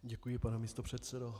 Děkuji, pane místopředsedo.